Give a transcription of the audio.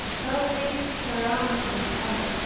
thou didst surround my heart,